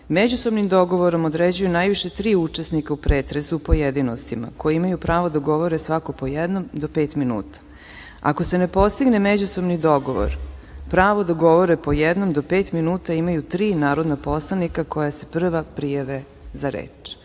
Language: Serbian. međusobnim dogovorom određuju najviše tri učesnika u pretresu u pojedinostima koji imaju pravo da govore svako po jednom do pet minuta. Ako se ne postigne međusobni dogovor, pravo da govore po jednom do pet minuta imaju tri narodna poslanika koja se prva prijave za reč.